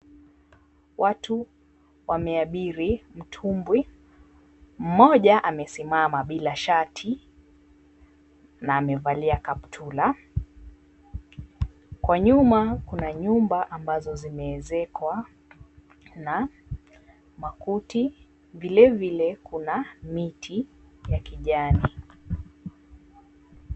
Watu wameabiri mtumbwi. Mmoja amesimama bila shati, na amevalia kaptula. Kwa nyuma kuna nyumba ambazo zimeezekwa na makuti. Vile vile kuna miti ya kijani.